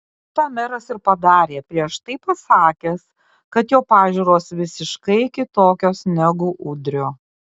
tą meras ir padarė prieš tai pasakęs kad jo pažiūros visiškai kitokios negu udrio